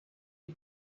you